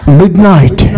midnight